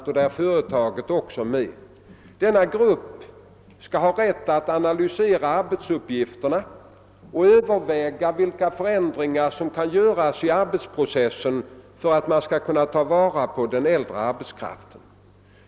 Denna grupp skall analysera arbetsuppgifterna och överväga de förändringar som kan göras i arbetsprocessen för att företaget skall kunna ta till vara den äldre arbetskraften.